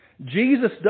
Jesus